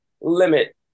limit